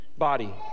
body